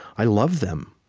i love them,